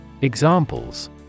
Examples